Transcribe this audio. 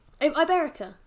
Iberica